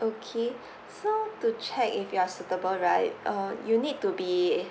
okay so to check if you are suitable right uh you need to be